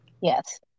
yes